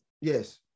Yes